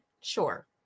sure